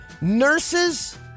Nurses